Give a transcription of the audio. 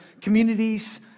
communities